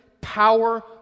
power